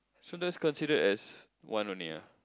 so just considered as one only ah